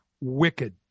wicked